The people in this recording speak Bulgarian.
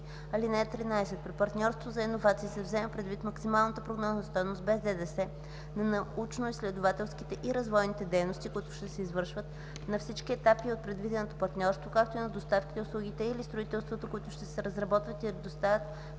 (13) При партньорство за иновации се взема предвид максималната прогнозна стойност без ДДС на научноизследователските и развойните дейности, които ще се извършват на всички етапи от предвиденото партньорство, както и на доставките, услугите или строителството, които ще се разработват и доставят